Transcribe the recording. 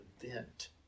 event